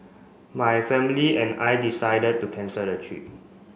my family and I decided to cancel the trip